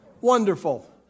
Wonderful